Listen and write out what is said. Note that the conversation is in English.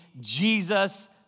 Jesus